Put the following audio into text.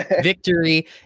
victory